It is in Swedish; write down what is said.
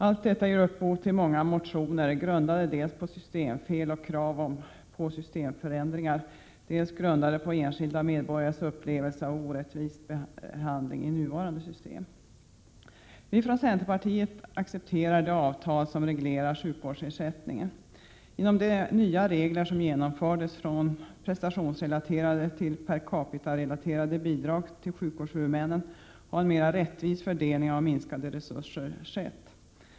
Allt detta ger upphov till många motioner grundade dels på systemfel och krav på systemförändringar, dels på enskilda medborgares upplevelse av orättvis behandling i nuvarande system. Vi från centerpartiet accepterar det avtal som reglerar sjukvårdsersättningen. Genom de nya regler som genomfördes från prestationsrelaterade till per capita-relaterade bidrag till sjukvårdshuvudmännen har en mera rättvis fördelning av minskade resurser skett.